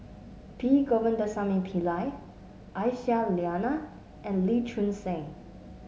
P Govindasamy Pillai Aisyah Lyana and Lee Choon Seng